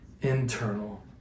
internal